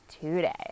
today